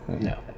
No